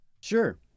Sure